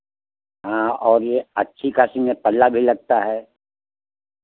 हाँ और यहअच्छी खासी में पल्ला भी लगता है